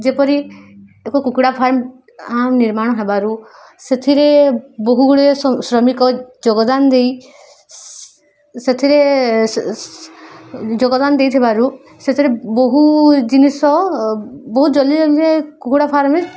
ଯେପରି ଏକ କୁକୁଡ଼ା ଫାର୍ମ୍ ଆଉ ନିର୍ମାଣ ହେବାରୁ ସେଥିରେ ବହୁ ଗୁଡ଼ିଏ ଶ୍ର ଶ୍ରମିକ ଯୋଗଦାନ ଦେଇ ସେ ସେଥିରେ ଯୋଗଦାନ ଦେଇଥିବାରୁ ସେଥିରେ ବହୁ ଜିନିଷ ବହୁ ଜଲ୍ଦି ଜଲ୍ଦିରେ କୁକୁଡ଼ା ଫାର୍ମ୍ରେ